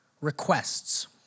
requests